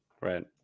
Right